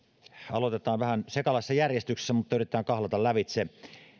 aloitetaan vähän sekalaisessa järjestyksessä mutta yritetään kahlata lävitse